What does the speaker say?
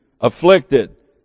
afflicted